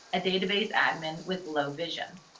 a database admin with low vision.